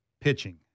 pitching